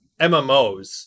MMOs